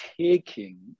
taking